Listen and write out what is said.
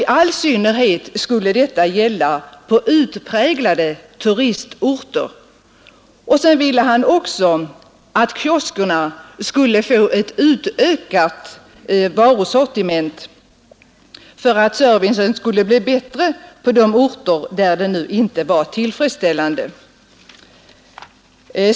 I all synnerhet skulle detta gälla inom utpräglade turistorter. Sedan ville han också att kioskerna skulle få ha ett utökat varusortiment för att servicen skulle bli bättre på de orter där den inte var tillfredsställande.